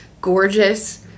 gorgeous